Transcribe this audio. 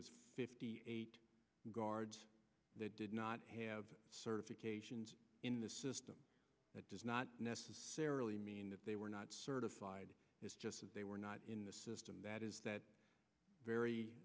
fifty eight guards they did not have certifications in the system that does not necessarily mean that they were not certified it's just that they were not in the system that is that very